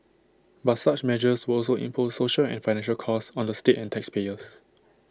but such measures will also impose social and financial costs on the state and taxpayers